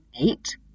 eight